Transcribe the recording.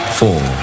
four